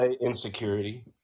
insecurity